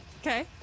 Okay